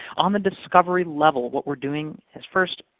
on the discovery level, what we're doing is first,